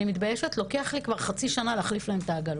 אני מתביישת להגיד שלוקח לי כבר חצי שנה להחליף להם את העגלות.